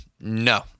no